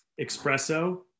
Espresso